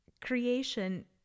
creation